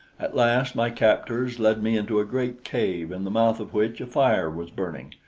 at last my captors led me into a great cave in the mouth of which a fire was burning.